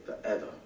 forever